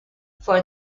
for